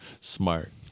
Smart